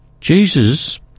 Jesus